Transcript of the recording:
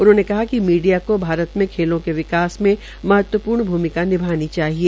उन्होंने कहा कि मीडिया को भारत में खेलों के विकास के महत्वपूर्ण भूमिका निभानी चाहिए